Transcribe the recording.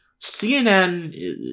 CNN